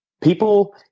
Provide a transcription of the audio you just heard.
people